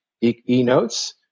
e-notes